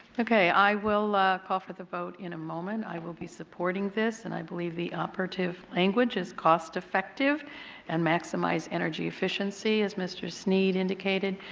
okay. i will call for the vote in a moment. i will be supporting this. and i believe the operative language is cost effective and maximize energy efficiency as mr. snead indicated.